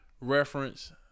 reference